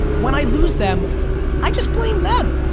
when i lose them i just blame them.